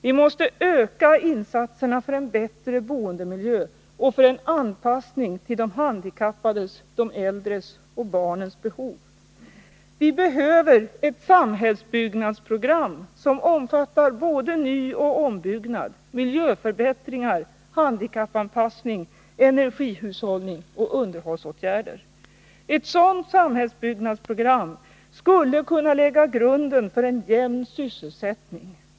Vi måste öka insatserna för en bättre boendemiljö och för en anpassning till de handikappades, de äldres och barnens behov. Vi behöver ett samhällsbyggnadsprogram som omfattar såväl nyoch ombyggnad, miljöförbättringar, handikappanpassning som energihushållningsoch underhållsåtgärder. Ett sådant samhällsbyggnadsprogram skulle kunna lägga grunden för en jämn sysselsättning.